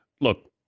Look